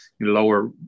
lower